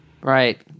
Right